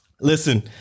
Listen